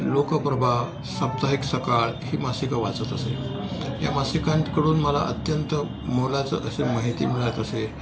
लोकप्रभा साप्ताहिक सकाळ ही मासिकं वाचत असे या मासिकांकडून मला अत्यंत मोलाचं असे माहिती मिळत असे